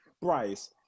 Bryce